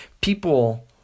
people